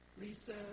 Lisa